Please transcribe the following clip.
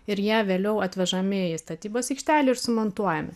ir jie vėliau atvežami į statybos aikštelę ir sumontuojami